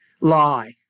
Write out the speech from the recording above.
Lie